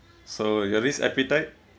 so your risk appetite